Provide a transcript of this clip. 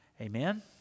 Amen